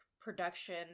production